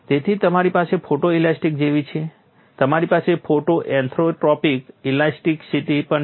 તેથી તમારી પાસે ફોટોઇલાસ્ટિકિટી જેવી છે તમારી પાસે ફોટો ઓર્થોટ્રોપિક ઇલાસ્ટિકિટી પણ છે